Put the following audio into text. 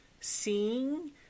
seeing